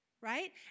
Right